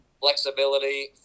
flexibility